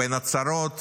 בין הצהרות